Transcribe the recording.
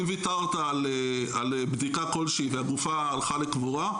אם וויתרת על בדיקה כלשהי והגופה הלכה לקבורה,